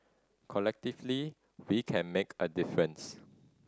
collectively we can make a difference